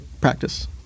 practice